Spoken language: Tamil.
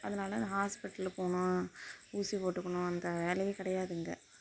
அதனால ஹாஸ்பிட்டல் போகணும் ஊசி போட்டுக்கணும் அந்த வேலையே கிடையாது இங்கே